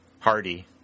Hardy